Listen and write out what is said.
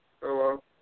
Hello